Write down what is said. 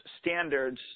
standards